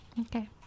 Okay